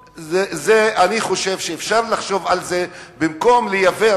אני חושב שאפשר לחשוב על זה במקום לייבא